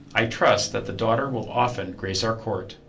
i trust that the daughter will often grace our court.